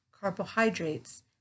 carbohydrates